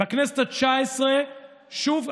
בכנסת התשע-עשרה שוב,